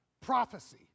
Prophecy